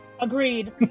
Agreed